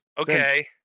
Okay